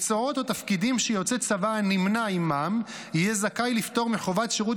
מקצועות או תפקידים שיוצא צבא הנמנה עימם יהיה זכאי לפטור מחובת שירות